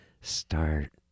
start